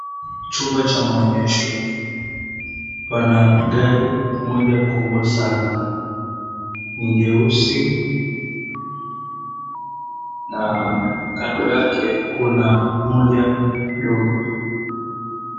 Chumba cha maonyesho. Pana gari moja kubwa sana. Ni jeusi na kando yake kuna moja dogo.